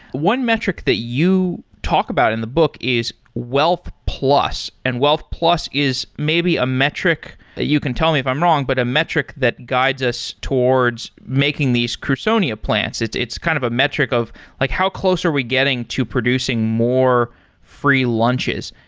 one metric that you talk about in the book is wealth plus. and wealth plus is maybe a metric. you can tell me if i'm wrong, but a metric that guides us towards making these crusonia plants. it's it's kind of a metric of like how close are we getting to producing more free lunches.